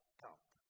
count